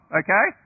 okay